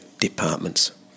departments